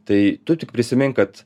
tai tu tik prisimink kad